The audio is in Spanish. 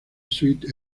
suite